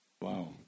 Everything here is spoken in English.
Wow